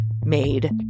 made